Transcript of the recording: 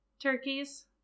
turkeys